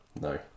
No